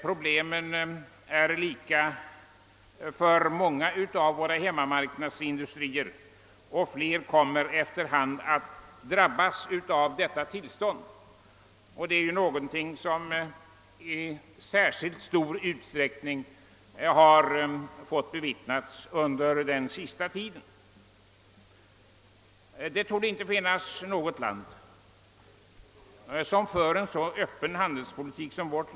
Problemen är likartade för många av våra hemmamarknadsindustrier, och fler kommer efter hand att drabbas av detta tillstånd; det är någonting som i särskilt stor utsträckning har fått bevittnas under den senaste tiden. Det torde inte finnas något land som för en så öppen handelspolitik som Sverige.